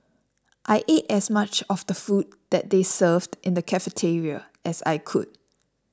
I ate as much of the food that they served in the cafeteria as I could